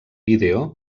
vídeo